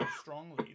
strongly